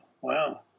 wow